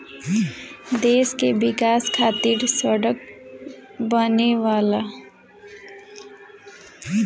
देश के विकाश खातिर सड़क बनावेला